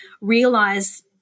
realize